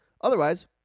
Otherwise